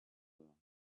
world